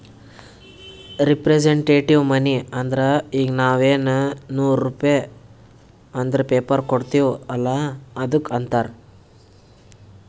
representative money ಅಂದುರ್ ಈಗ ನಾವ್ ಎನ್ ನೂರ್ ರುಪೇ ಅಂದುರ್ ಪೇಪರ್ ಕೊಡ್ತಿವ್ ಅಲ್ಲ ಅದ್ದುಕ್ ಅಂತಾರ್